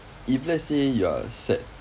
if let's say you are sad